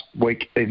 week